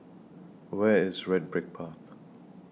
Where IS Red Brick Path